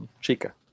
Chica